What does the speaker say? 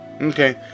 Okay